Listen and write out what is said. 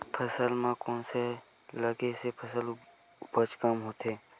फसल म कोन से लगे से फसल उपज कम होथे?